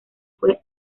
fue